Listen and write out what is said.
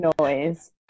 noise